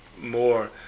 more